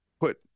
put